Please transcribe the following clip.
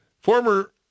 former